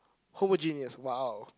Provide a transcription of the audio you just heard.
homework genius !wow!